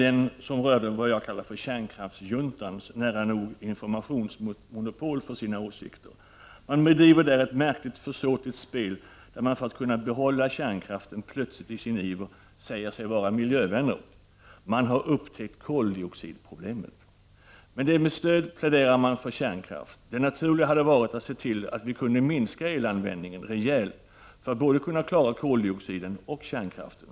Den rör det jag kallar kärnkraftsjuntans nära nog informationsmonopol. Den bedriver ett märkligt och försåtligt spel. För att kunna behålla kärnkraften säger den sig plötsligt i sin iver vara miljövän. Den har upptäckt koldioxidproblemet. Med det som stöd pläderar den för kärnkraft. Det naturliga hade varit att se till att vi kunde minska elanvändningen rejält för att kunna klara målen för både koldioxiden och kärnkraften.